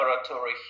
laboratory